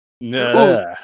No